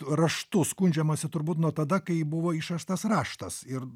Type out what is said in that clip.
raštu skundžiamasi turbūt nuo tada kai buvo išrastas raštas ir